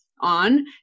on